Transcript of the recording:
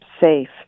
safe